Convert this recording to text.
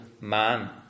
man